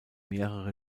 mehrere